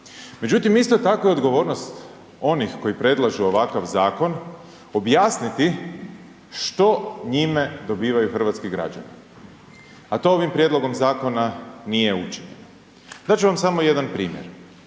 Međutim, isto tako i odgovornost onih koji predlažu ovakav zakon objasniti što njime dobivaju hrvatski građani, a to ovim prijedlogom zakona nije učinjeno. Dat ću vam samo jedan primjer.